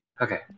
Okay